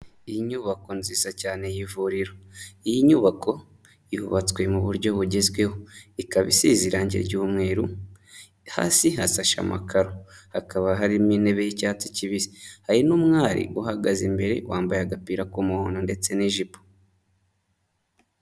Inyubako nziza cyane y'ivuriro. Iyi nyubako yubatswe mu buryo bugezweho, ikaba isize irangi ry'umweru, hasi hasashe amakaro, hakaba harimo intebe y'icyatsi kibisi, hari n'umwari uhagaze imbere, wambaye agapira k'umuhodo ndetse n'ijipo.